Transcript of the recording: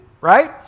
Right